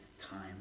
time